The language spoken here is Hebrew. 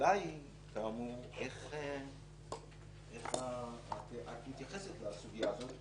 והשאלה היא כאמור איך את מתייחסת לסוגיה הזאת?